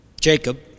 Jacob